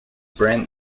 brand